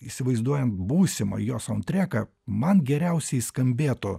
įsivaizduojant būsimą jo santreką man geriausiai skambėtų